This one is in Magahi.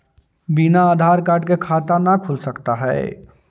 बिना आधार कार्ड के खाता न खुल सकता है?